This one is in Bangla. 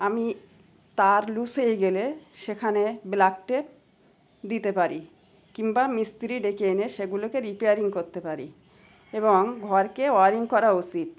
আমি তার লুস হয়ে গেলে সেখানে ব্ল্যাক টেপ দিতে পারি কিংবা মিস্ত্রি ডেকে এনে সেগুলোকে রিপেয়ারিং করতে পারি এবং ঘরকে ওয়ারিং করা উচিত